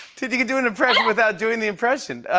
dude, you can do an impression without doing the impression.